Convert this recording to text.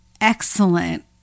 excellent